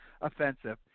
offensive